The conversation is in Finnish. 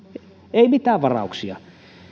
eivät mitään varauksia